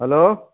hello